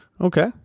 Okay